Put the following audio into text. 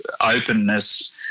openness